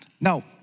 Now